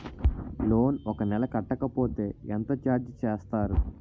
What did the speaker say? Loan ఒక నెల కట్టకపోతే ఎంత ఛార్జ్ చేస్తారు?